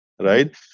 right